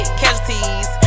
casualties